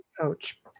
coach